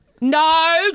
No